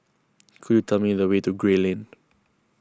could you tell me the way to Gray Lane